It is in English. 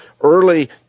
early